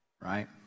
right